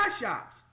shops